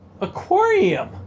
aquarium